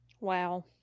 Wow